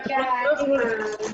כפי שאמרתם,